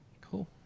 cool